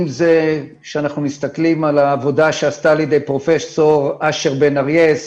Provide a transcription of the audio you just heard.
אם זה כשאנחנו מסתכלים על העבודה שנעשתה על ידי פרופ' אשר בן אריה,